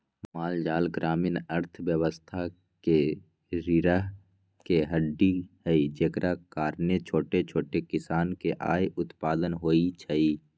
माल जाल ग्रामीण अर्थव्यवस्था के रीरह के हड्डी हई जेकरा कारणे छोट छोट किसान के आय उत्पन होइ छइ